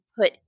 put